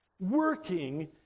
working